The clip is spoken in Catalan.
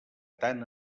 tant